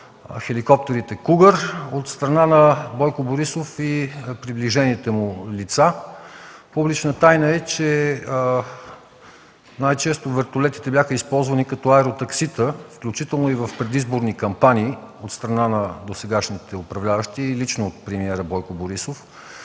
хеликоптерите „Кугър”, от страна на Бойко Борисов и приближените му лица. Публична тайна е, че най-често вертолетите бяха използвани като аеротаксита, включително и в предизборни кампании, от страна на досегашните управляващи и лично от премиера Бойко Борисов.